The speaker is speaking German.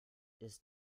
ist